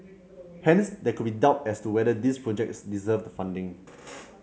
hence there could be doubt as to whether these projects deserved the funding